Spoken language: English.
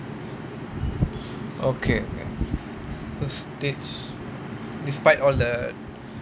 okay okay okay so stage despite all the